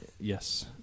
Yes